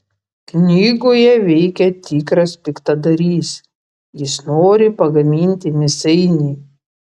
knygoje veikia tikras piktadarys jis nori pagaminti mėsainį